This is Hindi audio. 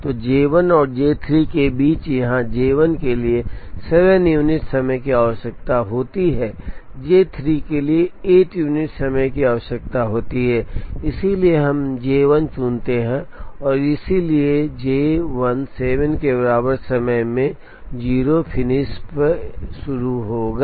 तो J 1 और J 3 के बीच यहाँ J 1 के लिए 7 यूनिट समय की आवश्यकता होती है J 3 के लिए 8 यूनिट समय की आवश्यकता होती है इसलिए हम J 1 चुनते हैं इसलिए J 1 7 के बराबर समय में 0 फिनिश पर शुरू होगा